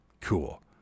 Cool